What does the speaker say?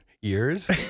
years